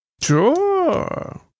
Sure